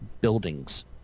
buildings